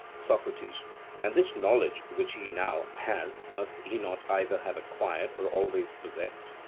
socrates and this knowledge which he now has must he not either have acquired or always possessed?